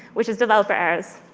which is developer errors.